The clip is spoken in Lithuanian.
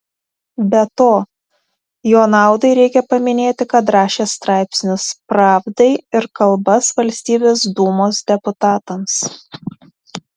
be to jo naudai reikia paminėti kad rašė straipsnius pravdai ir kalbas valstybės dūmos deputatams